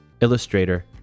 illustrator